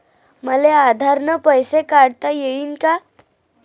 मले आधार न पैसे काढता येईन का?